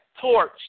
torch